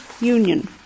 union